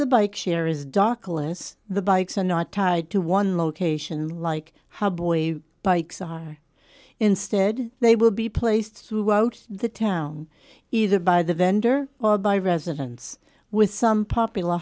list the bikes are not tied to one location like how boy bikes are instead they will be placed throughout the town either by the vendor or by residents with some popular